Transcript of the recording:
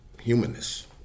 humanness